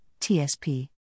TSP